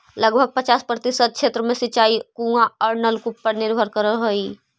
लगभग पचास प्रतिशत क्षेत्र के सिंचाई कुआँ औ नलकूप पर निर्भर करऽ हई